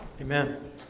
Amen